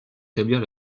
établir